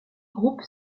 groupe